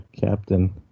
captain